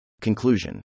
Conclusion